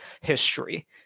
history